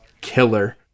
killer